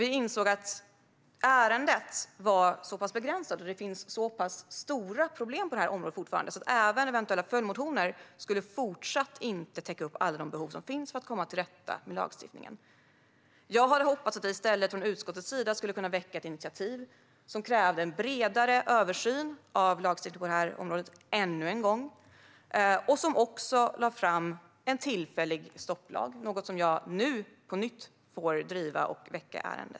Vi insåg att ärendet är så pass begränsat och det finns så pass stora problem på det här området att även eventuella följdmotioner inte skulle täcka upp alla de behov som finns för att komma till rätta med lagstiftningen. Jag hade hoppats att vi i stället från utskottets sida skulle ha kunnat väcka ett initiativ som krävde en bredare översyn av lagstiftningen på det här området, ännu en gång, som också lade fram en tillfällig stopplag. Det är något som jag nu på nytt får driva.